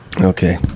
Okay